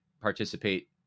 participate